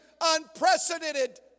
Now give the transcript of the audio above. unprecedented